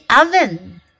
oven